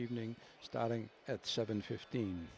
evening starting at seven fifteen